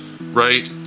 right